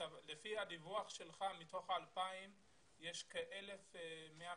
לפי הדיווח שלך מתוך ה-2,000 יש כ-1,180,